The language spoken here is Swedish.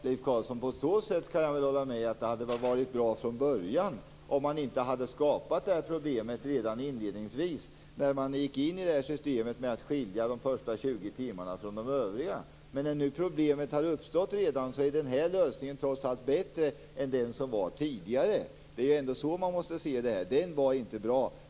Herr talman! Jag kan hålla med om att det hade varit bra om man inte hade skapat den här problemet redan från början, Leif Carlson, när man gick in i det här systemet med att skilja de första 20 timmarna från de övriga. Men när problemet redan har uppstått är den här lösningen trots allt bättre än den som var tidigare. Det är så man måste se detta. Den lösningen var inte bra.